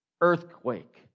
earthquake